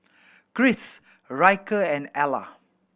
Kris Ryker and Ala